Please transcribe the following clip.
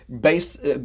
based